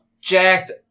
jacked